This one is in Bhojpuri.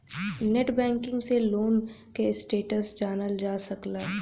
नेटबैंकिंग से लोन क स्टेटस जानल जा सकला